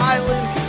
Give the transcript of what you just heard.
Island